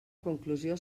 conclusió